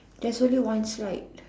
there's only one slide